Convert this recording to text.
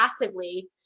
passively